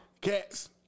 cats